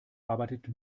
arbeitet